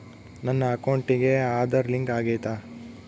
ನನ್ನ ಅಕೌಂಟಿಗೆ ಆಧಾರ್ ಲಿಂಕ್ ಆಗೈತಾ?